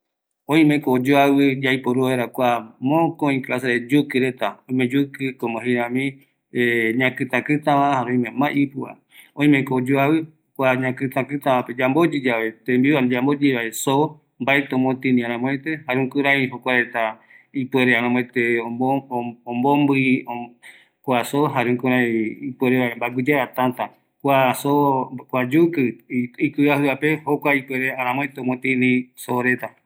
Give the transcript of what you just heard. Oimeko mokoï yukɨ reta oyoavi, oime ipɨuva, jare ikuruviñova, jare oime yaiporu mbaenunga tembiu peguaravi, oime parrillero, jare iruva tembiu peguara, yaikuata mbaepeko yiporutava